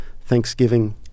Thanksgiving